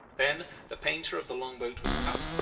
then the painter of the long-boat was cut,